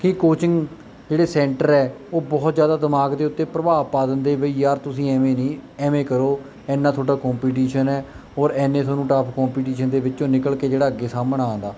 ਕੀ coaching ਜਿਹੜੇ centre ਐ ਉਹ ਬਹੁਤ ਜਿਆਦਾ ਦਿਮਾਗ ਦੇ ਉੱਤੇ ਪ੍ਰਭਾਵ ਪਾ ਦਿੰਦੇ ਬਈ ਯਾਰ ਤੁਸੀਂ ਐਵੇਂ ਨਹੀਂ ਐਵੇਂ ਕਰੋ ਇਨਾ ਤੁਹਾਡਾ ਕੋਂਪੀਟੀਸ਼ਨ ਹੈ ਔਰ ਐਨੇ ਥੋਨੂੰ ਟਫ ਕੋਂਪੀਟੀਸ਼ਨ ਦੇ ਵਿੱਚੋਂ ਨਿਕਲ ਕੇ ਜਿਹੜਾ ਅੱਗੇ ਸਾਹਮਣਾ ਆਉਂਦਾ